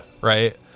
Right